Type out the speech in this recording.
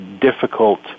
difficult